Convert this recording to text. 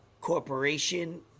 corporation